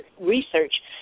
research